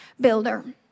builder